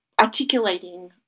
articulating